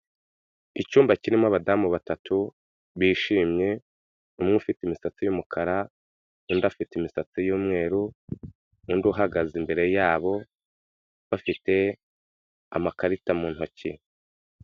Icyumba kirimo abadamu batatu bishimye umwe ufite imisatsi y'umukara undi afite imisatsi y'umweru n'undi uhagaze imbere yabo, bafite amakarita mu ntoki.